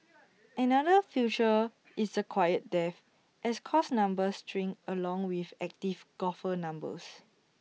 another future is A quiet death as course numbers shrink along with active golfer numbers